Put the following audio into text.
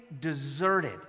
deserted